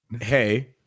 hey